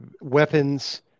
weapons